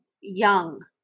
young